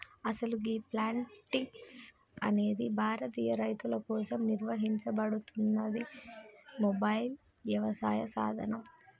అసలు గీ ప్లాంటిక్స్ అనేది భారతీయ రైతుల కోసం నిర్వహించబడుతున్న మొబైల్ యవసాయ సాధనం